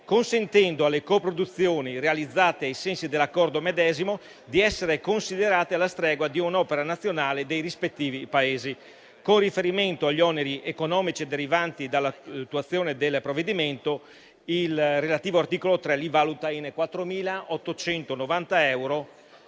consentendo alle coproduzioni realizzate ai sensi dell'Accordo medesimo, di essere considerate alla stregua di un'opera nazionale dei rispettivi Paesi. Con riferimento agli oneri economici derivanti dall'attuazione del provvedimento, il relativo articolo 3 li valuta in 4.890 euro